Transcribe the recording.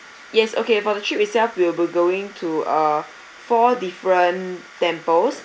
yes okay for the trip itself we will be going to uh four different temples